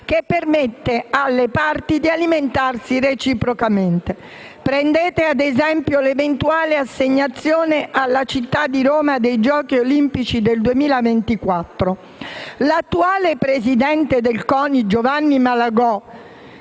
che permette alle parti di alimentarsi reciprocamente. Considerate, ad esempio, l'eventuale assegnazione alla città di Roma dei giochi olimpici del 2024. L'attuale presidente del CONI Giovanni Malagò